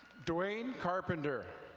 dewayne carpenter.